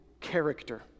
character